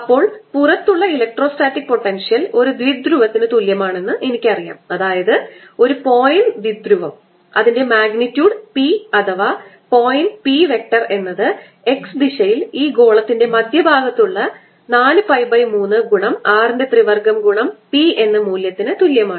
അപ്പോൾ പുറത്തുള്ള electrostatic potential ഒരു ദ്വിധ്രുവത്തിന് തുല്യമാണെന്ന് എനിക്കറിയാം അതായത് ഒരു പോയിന്റ് ദ്വിധ്രുവo അതിൻറെ മാഗ്നിറ്റ്യൂഡ് P അഥവാ പോയിന്റ് P വെക്ടർ എന്നത് x ദിശയിൽ ഈ ഗോളത്തിന്റെ മധ്യഭാഗത്തുള്ള 4π3 ഗുണം R ൻറെ ത്രിവർഗ്ഗം ഗുണം P എന്ന മൂല്യത്തിനു തുല്യമാണ്